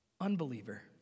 Unbeliever